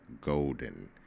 Golden